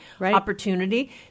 opportunity